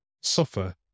suffer